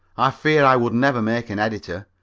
i fear i would never make an editor.